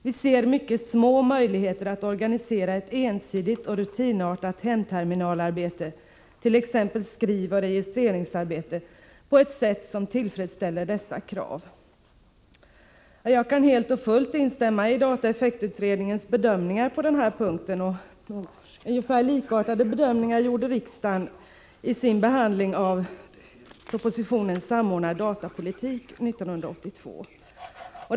Vi ser mycket små möjligheter att organisera ett ensidigt och rutinartat hemterminalarbete, t ex skrivoch registreringsarbete, på ett sätt som tillfredsställer dessa krav.” Jag kan helt och fullt instämma i dataeffektutredningens bedömningar på den här punkten. Ungefär likartade bedömningar gjorde riksdagen vid sin behandling 1982 av propositionen om en samordnad datapolitik.